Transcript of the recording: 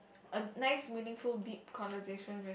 a nice meaningful deep conversation with